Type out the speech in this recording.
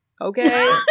Okay